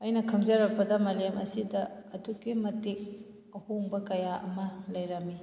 ꯑꯩꯅ ꯈꯪꯖꯔꯛꯄꯗ ꯃꯥꯂꯦꯝ ꯑꯁꯤꯗ ꯑꯗꯨꯛꯀꯤ ꯃꯇꯤꯛ ꯑꯍꯣꯡꯕ ꯀꯌꯥ ꯑꯃ ꯂꯩꯔꯝꯃꯤ